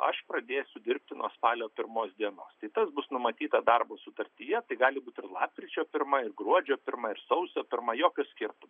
aš pradėsiu dirbti nuo spalio pirmos dienos tai tas bus numatyta darbo sutartyje tai gali būti ir lapkričio pirma ir gruodžio pirma ir sausio pirma jokio skirtumo